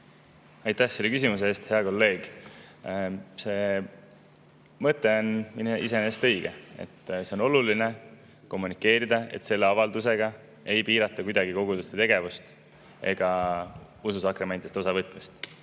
Aitäh selle küsimuse eest, hea kolleeg! Mõte on iseenesest õige, et on oluline kommunikeerida, et selle avaldusega ei piirata kuidagi koguduste tegevust ega muuseas ka sakramentidest osavõtmist.